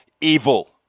evil